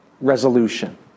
resolution